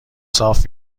صاف